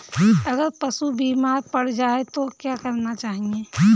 अगर पशु बीमार पड़ जाय तो क्या करना चाहिए?